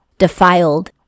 defiled